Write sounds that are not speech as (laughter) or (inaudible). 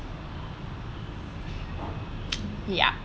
(noise) ya